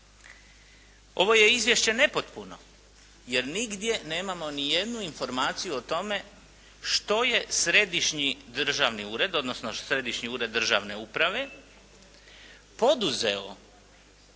ovo je izvješće nepotpuno jer nigdje nemamo ni jednu informaciju o tome što je središnji državni ured, odnosno